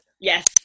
Yes